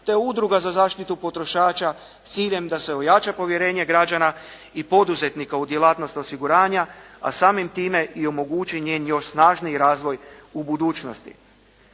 je udruga za zaštitu potrošača sa ciljem da se ojača povjerenje građana i poduzetnika u djelatnost osiguranja a samim time i omogući njen još snažniji razvoj u budućnosti.